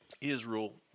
israel